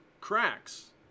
cracks